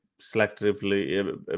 selectively